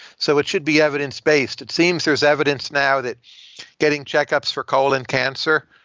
so it should be evidence-based. it seems there's evidence now that getting checkups for colon cancer.